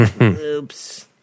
Oops